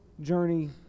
journey